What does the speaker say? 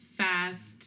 fast